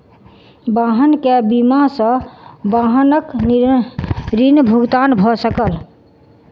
वाहन के बीमा सॅ वाहनक ऋण भुगतान भ सकल